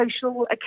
social